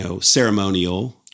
ceremonial